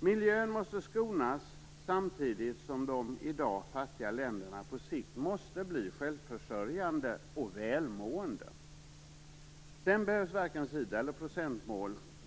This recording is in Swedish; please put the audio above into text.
Miljön måste skonas samtidigt som de i dag fattiga länderna på sikt måste bli självförsörjande och välmående. Sedan behövs varken Sida eller procentmål.